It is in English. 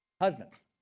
Husbands